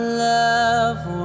love